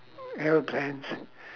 aeroplanes